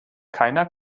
keiner